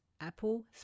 Apple